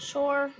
Sure